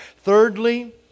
Thirdly